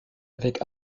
avec